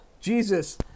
Jesus